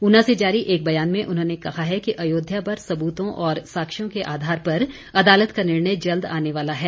ऊना से जारी एक बयान में उन्होंने कहा है कि अयोध्या पर सबूतों और साक्ष्यों के आधार पर अदालत का निर्णय जल्द आने वाला है